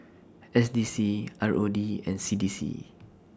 S D C R O D and C D C